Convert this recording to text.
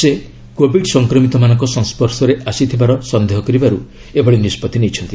ସେ କୋବିଡ୍ ସଂକ୍ରମିତମାନଙ୍କ ସଂସ୍ୱର୍ଶରେ ଆସିଥିବାର ସନ୍ଦେହ କରିବାରୁ ଏଭଳି ନିଷ୍ପଭି ନେଇଛନ୍ତି